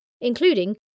including